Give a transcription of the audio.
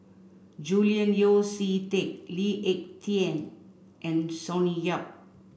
Julian Yeo See Teck Lee Ek Tieng and Sonny Yap